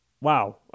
Wow